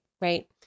right